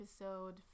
episode